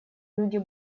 люди